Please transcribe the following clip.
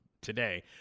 today